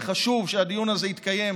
וחשוב שהדיון הזה יתקיים